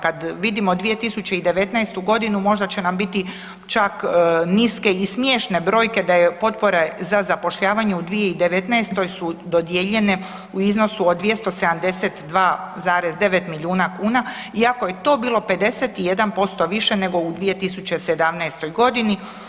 Kad vidimo 2019.-tu godinu možda će nam biti čak niske i smiješne brojke da je potpora za zapošljavanje u 2019.-toj su dodijeljene u iznosu od 272,9 milijuna kuna iako je to bilo 51% više nego u 2017.-toj godini.